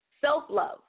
Self-love